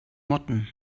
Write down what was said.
motten